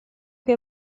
cui